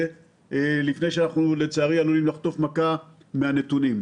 לפני שאנחנו עלולים לחטוף מכה מהנתונים.